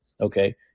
Okay